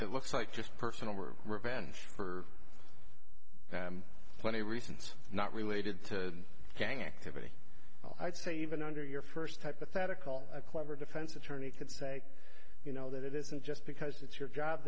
it looks like just personal revenge for twenty reasons not related to gang activity i'd say even under your first hypothetical a clever defense attorney could say you know that it isn't just because it's your job